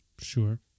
Sure